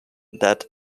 that